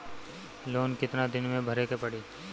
Loan कितना दिन मे भरे के पड़ी?